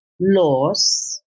laws